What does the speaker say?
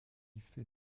fait